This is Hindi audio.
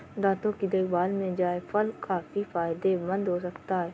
दांतों की देखभाल में जायफल काफी फायदेमंद हो सकता है